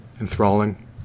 enthralling